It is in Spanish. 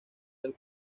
del